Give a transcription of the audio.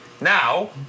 Now